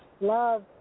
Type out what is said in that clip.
love